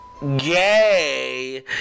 gay